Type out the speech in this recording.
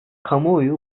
kamuoyu